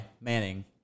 Manning